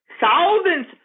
thousands